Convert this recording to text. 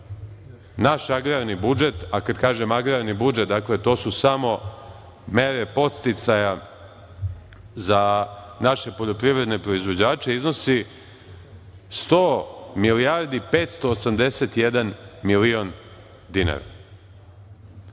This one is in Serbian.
naš agrarni budžet, a kada kažem agrarni budžet, to su samo mere podsticaja za naše poljoprivredne proizvođače, iznosi 100.581.000.000 dinara.